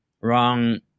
Wrong